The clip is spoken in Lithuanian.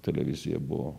televizija buvo